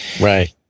Right